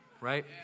Right